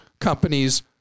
companies